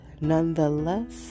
nonetheless